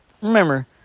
remember